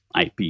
IP